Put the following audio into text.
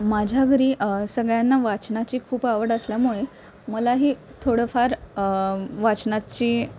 माझ्या घरी सगळ्यांना वाचनाची खूप आवड असल्यामुळे मलाही थोडंफार वाचनाची